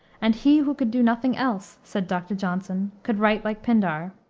and he who could do nothing else, said dr. johnson, could write like pindar.